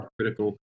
critical